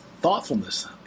thoughtfulness